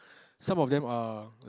some of them are like